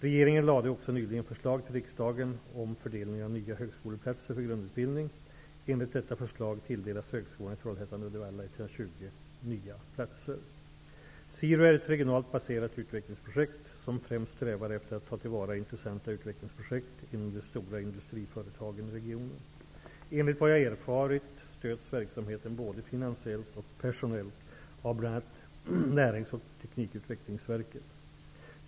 Regeringen lade också nyligen förslag till riksdagen om fördelning av nya högskoleplatser för grundutbildning. Enligt detta förslag tilldelas högskolan i Trollhättan/Uddevalla 120 nya platser. SIRU är ett regionalt baserat utvecklingsprojekt som främst strävar efter att ta till vara intressanta utvecklingsprojekt inom de stora industriföretagen i regionen. Enligt vad jag erfarit stöds verksamheten både finansiellt och personellt av bl.a. Närings och teknikutvecklingsverket.